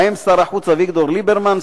בהם שר החוץ אביגדור ליברמן,